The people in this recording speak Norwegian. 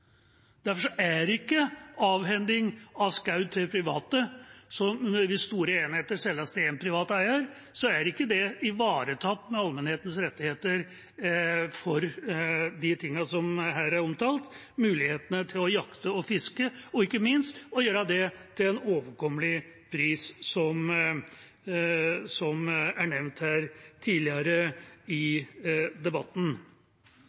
Derfor er ikke avhending av skog til private – når store enheter selges til én privat eier – ivaretatt av allmennhetens rettigheter for de tingene som her er omtalt: mulighetene til å jakte og fiske og ikke minst å gjøre det til en overkommelig pris, som er nevnt her tidligere i debatten.